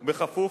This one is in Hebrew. בכפוף,